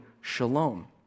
Shalom